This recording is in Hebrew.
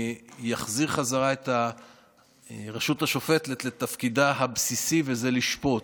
להחזיר בחזרה את הרשות השופטת לתפקידה הבסיסי וזה לשפוט.